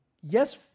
Yes